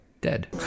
dead